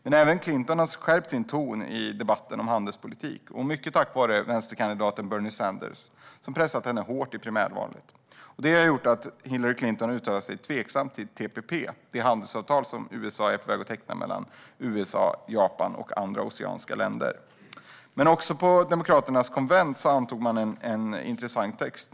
Men även Clinton har skärpt sin ton i debatten om handelspolitik. Det är mycket tack vare vänsterkandidaten Bernie Sanders som har pressat henne hårt i primärvalet. Det har gjort att Hillary Clinton har uttalat att hon är tveksam till TPP, det handelsavtal som USA är på väg att teckna mellan USA, Japan och andra oceanska länder. På demokraternas konvent antog man en intressant text.